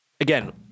Again